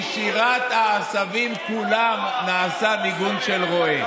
אינה נוכחת,